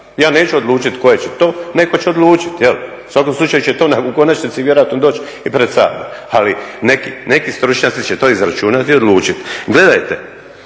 Ja neću odlučiti koje su to, netko će odlučiti jel'. U svakom slučaju će to u konačnici vjerojatno doći i pred Sabor, ali neki stručnjaci će to izračunati i odlučiti. Gledajte,